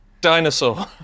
dinosaur